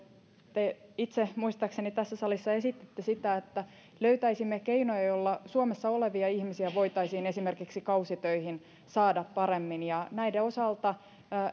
te itse muistaakseni tässä salissa esititte sitä että löytäisimme keinoja joilla suomessa olevia ihmisiä voitaisiin esimerkiksi kausitöihin saada paremmin ja näiden osalta